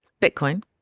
Bitcoin